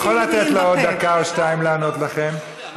אני יכול לתת לה עוד דקה או שתיים לענות לכם,